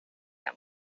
him